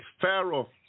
Pharaoh